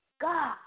God